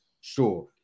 sure